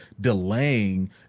delaying